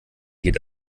geht